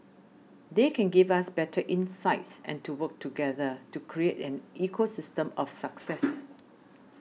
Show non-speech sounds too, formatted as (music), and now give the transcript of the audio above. they can give us better insights and to work together to create an ecosystem of success (noise)